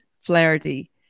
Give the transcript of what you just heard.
Flaherty